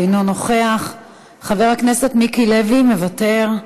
אינו נוכח, חבר הכנסת מיקי לוי, מוותר,